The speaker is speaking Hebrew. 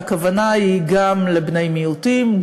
והכוונה היא גם לבני מיעוטים,